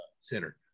center